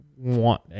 want